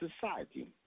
society